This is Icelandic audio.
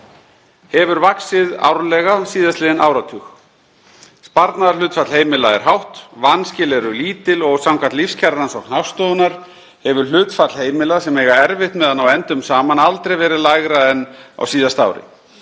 hefur vaxið árlega síðastliðinn áratug. Sparnaðarhlutfall heimila er hátt, vanskil eru lítil og samkvæmt lífskjararannsókn Hagstofunnar hefur hlutfall heimila, sem eiga erfitt með að ná endum saman, aldrei verið lægra en á síðasta ári.